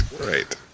right